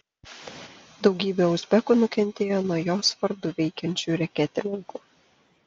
daugybė uzbekų nukentėjo nuo jos vardu veikiančių reketininkų